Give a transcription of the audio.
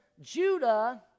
Judah